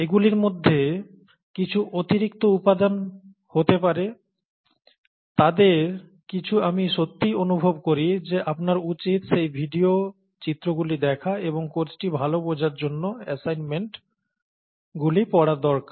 এগুলির মধ্যে কিছু অতিরিক্ত উপাদান হতে পারে তাদের কিছু আমি সত্যিই অনুভব করি যে আপনার উচিত সেই ভিডিও চিত্রগুলি দেখা এবং কোর্সটি ভাল বোঝার জন্য অ্যাসাইনমেন্ট গুলি পড়া দরকার